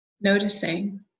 noticing